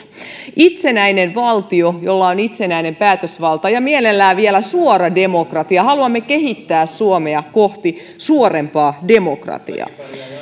itsenäinen valtio jolla on itsenäinen päätösvalta ja mielellään vielä suora demokratia haluamme kehittää suomea kohti suorempaa demokratiaa